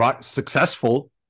successful